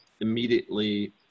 immediately